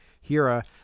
Hira